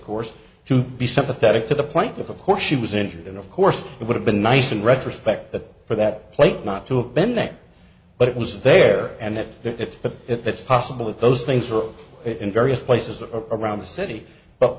course to be sympathetic to the point of of course she was injured and of course it would have been nice in retrospect that for that plate not to have been there but it was there and that it but it's possible that those things are in various places around the city but